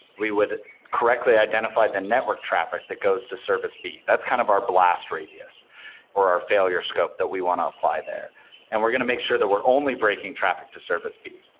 we would correctly identify the network traffic that goes to service b. that's kind of our blast radius or our failure scope that we want to apply there and we're going to make sure there we're only breaking traffic to service b.